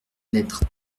lettre